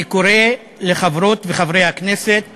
אני קורא לחברות וחברי הכנסת